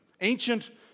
ancient